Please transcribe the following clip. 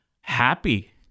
happy